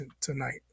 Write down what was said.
tonight